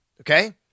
Okay